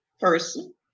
person